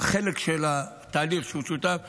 חלק מהתהליך שהוא שותף לו,